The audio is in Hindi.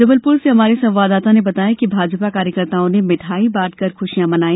जबलपुर से हमारे संवाददाता ने बताया है कि भाजपा कार्यकर्ताओं ने मिठाई बांटकर खुशियां मनाई